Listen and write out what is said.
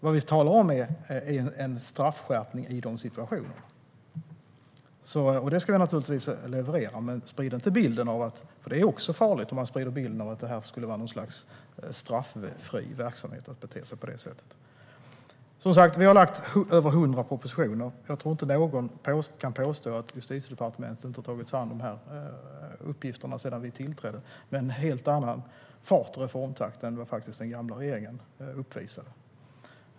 Vad vi talar om är en straffskärpning i dessa situationer. Det ska vi naturligtvis leverera. Men sprid inte bilden av att det skulle vara något slags straffri verksamhet att bete sig på det sättet. Det är farligt att sprida den bilden. Vi har, som sagt, lagt fram över 100 propositioner. Jag tror inte att någon kan påstå att Justitiedepartementet inte har tagit sig an dessa uppgifter sedan vi tillträdde med en helt annan reformtakt än vad den gamla regeringen uppvisade.